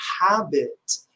habit